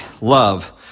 love